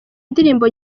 indirimbo